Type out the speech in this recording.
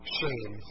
shame